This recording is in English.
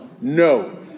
No